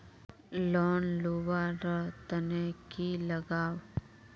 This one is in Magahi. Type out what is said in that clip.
लोन लुवा र तने की लगाव?